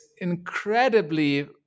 incredibly